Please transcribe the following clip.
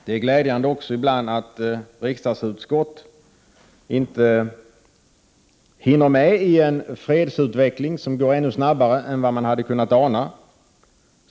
Det är glädjande också att riksdagens utskott ibland inte hinner med i en fredsutveckling som går snabbare än vad man hade kunnat ana.